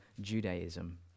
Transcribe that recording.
Judaism